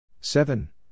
Seven